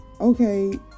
okay